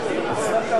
נמנע?